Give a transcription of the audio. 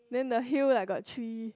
then the hill like got tree